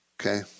Okay